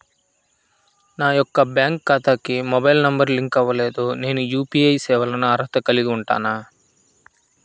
నా యొక్క బ్యాంక్ ఖాతాకి మొబైల్ నంబర్ లింక్ అవ్వలేదు నేను యూ.పీ.ఐ సేవలకు అర్హత కలిగి ఉంటానా?